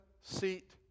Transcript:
seat